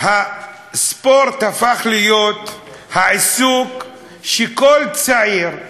הספורט הפך להיות העיסוק שכל צעיר,